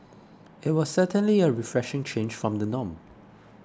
it was certainly a refreshing change from the norm